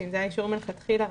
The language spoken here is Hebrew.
שזה אישור רגיל מלכתחילה,